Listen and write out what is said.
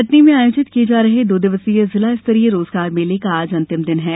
कटनी में आयोजित किये जा रहे दो दिवसीय जिला स्तरीय रोजगार मेले का आज अंतिम दिन है